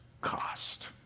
cost